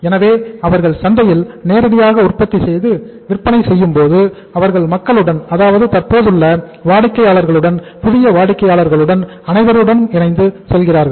எனவே அவர்கள் சந்தையில் நேரடியாக உற்பத்தி செய்து விற்பனை செய்யும்போது அவர்கள் மக்களுடன் அதாவது தற்போதுள்ள உள்ள வாடிக்கையாளர்களும் புதிய வாடிக்கையாளர்களும் அனைவரும் இணைந்து இருக்கிறார்கள்